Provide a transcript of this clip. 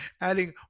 adding